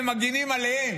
הם מגינים עליהם